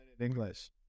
english